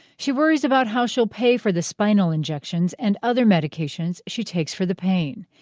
she worries about how she'll pay for the spinal injections and other medications she takes for the pain.